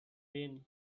ben